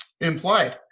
implied